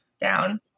down